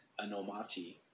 anomati